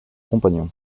compagnon